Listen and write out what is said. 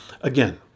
Again